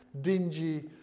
dingy